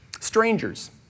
strangers